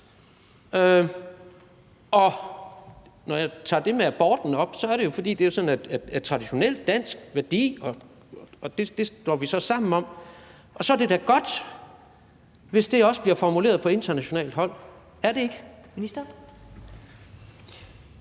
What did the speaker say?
Og når jeg tager det med aborten op, er det jo, fordi det er en traditionel dansk værdi, og det står vi så sammen om, og så er det da godt, hvis det også bliver formuleret på internationalt plan. Er det ikke?